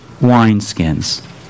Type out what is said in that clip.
wineskins